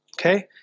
Okay